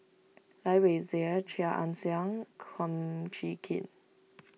Lai Weijie Chia Ann Siang Kum Chee Kin